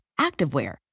activewear